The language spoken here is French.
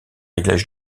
réglage